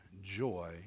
joy